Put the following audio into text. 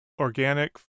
organic